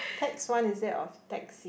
tax one is it or taxi